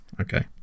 Okay